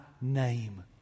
name